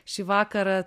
šį vakarą